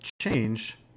change